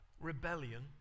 rebellion